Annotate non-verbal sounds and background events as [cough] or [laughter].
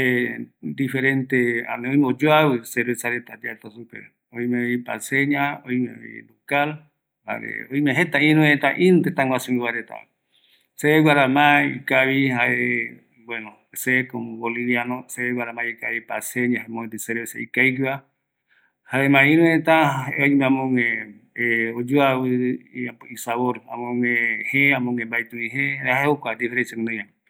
[hesitation] diferente ani oime oyoavi cervesa reta yaeta supe oimevi paceña, oimevi ducal, jare oime jeta irüreta, irü tëtaguasuigua reta, seve guara ma ikavi jae bueno se komo boliviano seve guara ma ikavi paceña, mopeti cerveza ikavigueva. jaema irü reta oime amöguë [hesitation] oyoavi iäpo isabor, amöguö, amöguë mbaetivi je jae jokua diferencia guinoiva